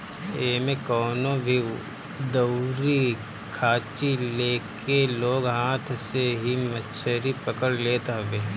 एमे कवनो भी दउरी खाची लेके लोग हाथ से ही मछरी पकड़ लेत हवे